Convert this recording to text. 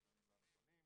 נתונים לא נכונים.